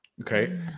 Okay